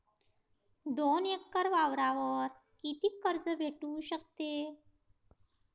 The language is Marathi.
दोन एकर वावरावर कितीक कर्ज भेटू शकते?